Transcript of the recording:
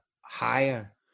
higher